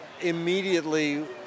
immediately